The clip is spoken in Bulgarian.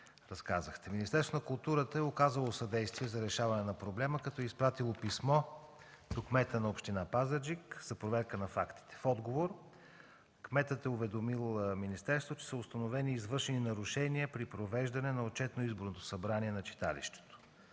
Министерството на културата е оказало съдействие за решаване на проблема, като е изпратило писмо до кмета на община Пазарджик за проверка на фактите. В отговор кметът е уведомил министерството, че са установени извършени нарушения при провеждане на отчетно-изборното събрание на читалището.